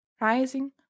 rising